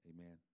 Amen